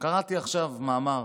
קראתי עכשיו מאמר